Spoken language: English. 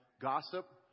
gossip